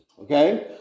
okay